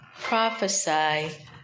prophesy